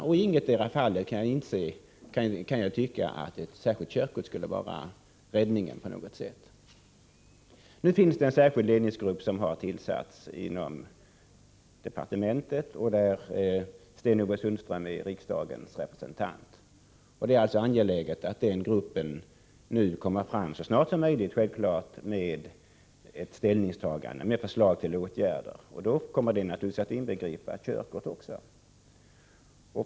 I ingetdera fallet skulle ett särskilt körkort, enligt min mening, vara någon räddning. Nu finns det en särskild ledningsgrupp, som har tillsatts inom departementet och där Sten-Ove Sundström är riksdagens representant. Det är angeläget att den gruppen så snart som möjligt tar ställning och lägger fram förslag till åtgärder. Ett sådant förslag kommer naturligtvis att inbegripa ett ställningstagande i fråga om särskilt körkort för motorcykel.